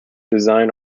design